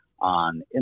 on